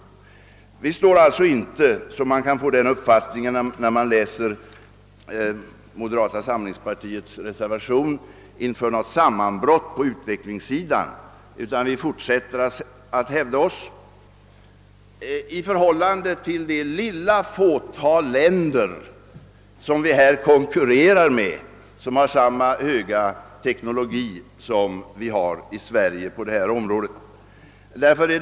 Vi står alltså inte — som man kan tro när man läser moderata samlingspartiets reservation — inför något sammanbrott på utvecklingssidan, utan vi fortsätter att hävda oss i förhållande till det lilla fåtal länder som vi konkurrerar med och som har samma höga teknologiska standard som Sverige på detta område.